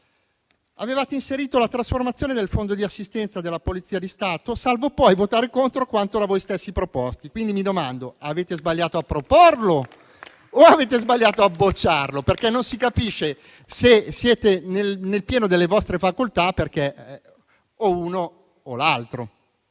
Avevate inserito la trasformazione del Fondo di assistenza della Polizia di Stato, salvo poi votare contro quanto da voi stesso proposto. Quindi mi domando: avete sbagliato a proporlo o avete sbagliato a bocciarlo? Non si capisce se siete nel pieno delle vostre facoltà, perché o l'uno o l'altro.